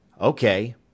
Okay